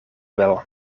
wel